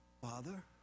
Father